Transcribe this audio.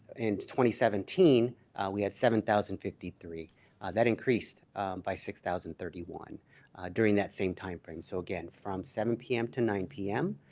and seventeen we had seven thousand fifty three that increased by six thousand thirty one during that same time frame so again from seven p m. to nine p m.